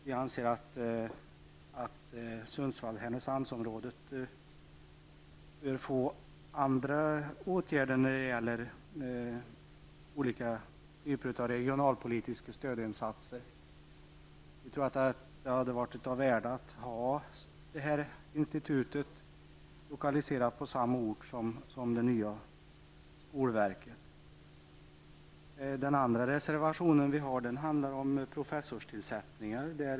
Vi anser att Sundsvall/Härnösands-området bör bli föremål för andra regionalpolitiska stödinsatser. Vi tror att det hade varit av värde att ha detta institut lokaliserat till samma ort som det nya skolverket. Den andra reservationen handlar om professorstillsättningar.